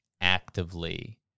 actively